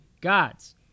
gods